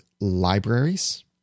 Libraries